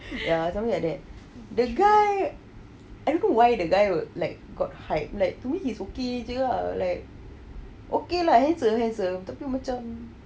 ya something like the guy I don't know why the guy would like got hype like to me he's okay jer lah like okay lah handsome handsome tapi macam